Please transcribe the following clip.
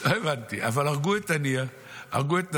לא הבנתי, אבל הרגו את הנייה, הרגו את נסראללה,